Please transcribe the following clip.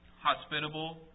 hospitable